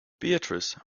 beatrice